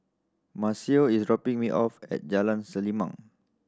Maceo is dropping me off at Jalan Selimang